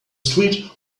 street